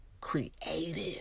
creative